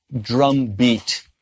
drumbeat